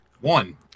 One